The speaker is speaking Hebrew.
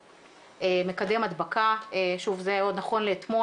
מקדם הדבקה, שוב, זה נכון לאתמול.